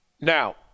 Now